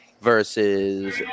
versus